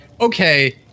okay